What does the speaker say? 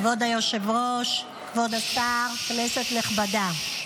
כבוד היושב-ראש, כבוד השר, כנסת נכבדה.